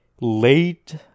late